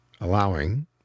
allowing